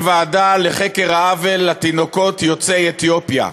ועדה לחקר העוול לתינוקות יוצאי אתיופיה,